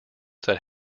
that